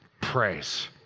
Praise